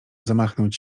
zamachnąć